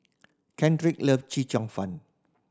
Cedrick love Chee Cheong Fun